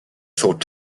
thought